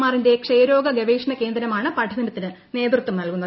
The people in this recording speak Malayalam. ആർ ന്റെ ക്ഷയരോഗ ഗവേഷണ കേന്ദ്രമാണ് പഠനത്തിന് നേതൃത്വം നൽകുന്നത്